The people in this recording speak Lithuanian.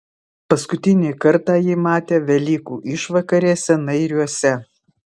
paskutinį kartą jį matė velykų išvakarėse nairiuose